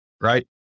right